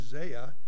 isaiah